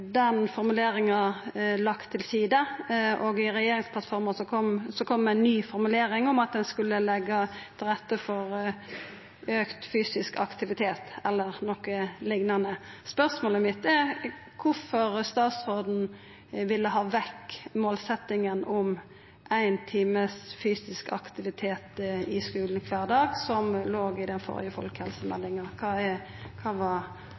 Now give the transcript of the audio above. den formuleringa lagd til side, og i regjeringsplattforma kom det ei ny formulering om at ein skulle leggja til rette for auka fysisk aktivitet – eller noko liknande. Spørsmålet mitt er kvifor statsråden ville ha vekk målsetjinga om ein time fysisk aktivitet i skulen kvar dag, som låg i den førre folkehelsemeldinga. Kva var